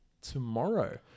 tomorrow